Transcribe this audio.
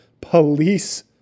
police